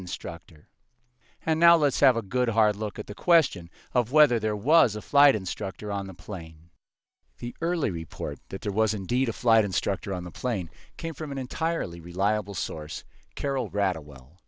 instructor and now let's have a good hard look at the question of whether there was a flight instructor on the plane the early report that there was indeed a flight instructor on the plane came from an entirely reliable source carol rather well